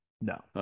No